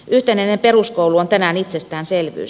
yhtenäinen peruskoulu on tänään itsestäänselvyys